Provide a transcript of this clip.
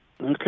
Okay